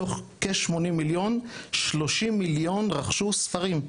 מתוך כ-80 מיליון, 30 מיליון רכשו ספרים.